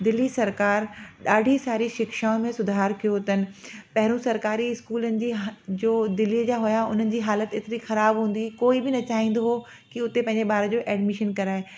दिल्ली सरकार ॾाढी सारी शिक्षाउनि में सुधार कियो अथनि पहिरयों त सरकारी स्कूलनि जी ह जो दिल्लीअ जा हुया उन्हनि जी हालति एतिरी ख़राबु हूंदी हुई कोई बि न चाहींदो हो कि उते पंहिंजे ॿार जो एडमिशन कराए